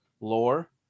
lore